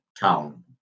town